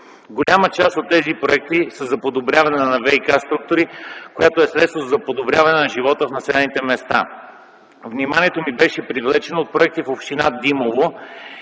Голяма част от тези проекти са за подобряване на ВиК структурите, което е средство за подобряване на живота в населените места. Вниманието ми беше привлечено от проекти в община Димово